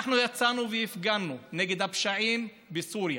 אנחנו יצאנו והפגנו נגד הפשעים בסוריה.